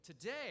Today